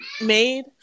made